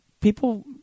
people